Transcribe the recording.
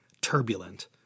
turbulent